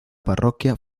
parroquia